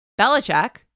Belichick